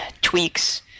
tweaks